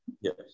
yes